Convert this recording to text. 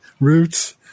Roots